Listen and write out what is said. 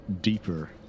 deeper